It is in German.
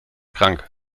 krank